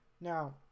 Now